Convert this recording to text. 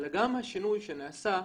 אלא גם השינוי שנעשה,